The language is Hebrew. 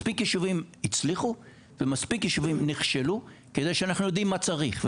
מספיק יישובים הצליחו ומספיק יישובים נכשלו כדי שאנחנו יודעים מה צריך,